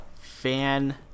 fan